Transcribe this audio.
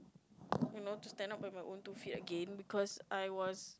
you know to stand up on my own two feet again because I was